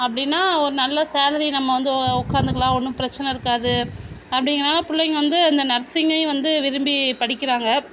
அப்படின்னா ஒரு நல்ல சேலரி நம்ம வந்து உக்காந்துக்கலாம் ஒன்றும் பிரச்சின இருக்காது அப்படிங்கிறனால பிள்ளைங்கள் வந்து அந்த நர்சிங்கையும் வந்து விரும்பி படிக்கிறாங்க